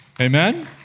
Amen